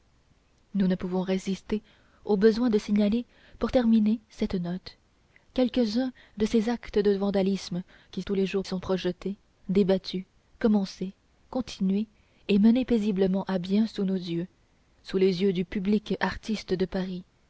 nous ne pouvons résister au besoin de signaler pour terminer cette note quelques-uns de ces actes de vandalisme qui tous les jours sont projetés débattus commencés continués et menés paisiblement à bien sous nos yeux sous les yeux du public artiste de paris